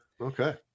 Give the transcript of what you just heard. Okay